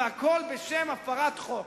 והכול בשם הפרת חוק,